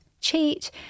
cheat